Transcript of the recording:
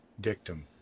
dictum